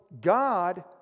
God